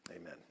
amen